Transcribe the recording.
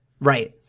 Right